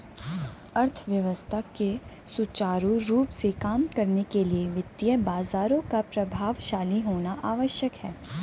अर्थव्यवस्था के सुचारू रूप से काम करने के लिए वित्तीय बाजारों का प्रभावशाली होना आवश्यक है